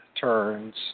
turns